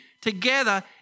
together